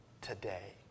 today